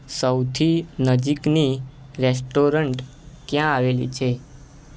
સૌથી નજીકની રેસ્ટોરન્ટ ક્યાં આવેલી છે